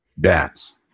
dance